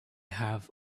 have